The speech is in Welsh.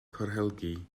corhelgi